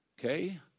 Okay